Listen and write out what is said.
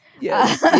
Yes